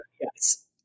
yes